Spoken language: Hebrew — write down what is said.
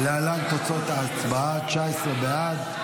להלן תוצאות ההצבעה: 19 בעד,